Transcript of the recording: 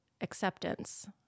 acceptance